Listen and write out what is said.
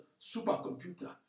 supercomputer